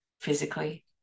physically